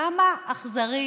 כמה אכזרי